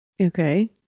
Okay